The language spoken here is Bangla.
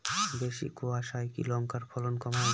বেশি কোয়াশায় কি লঙ্কার ফলন কমায়?